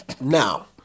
now